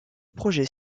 projets